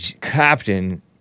Captain